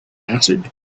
answered